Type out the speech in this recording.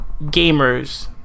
gamers